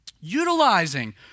utilizing